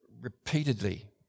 repeatedly